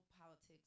politics